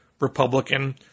Republican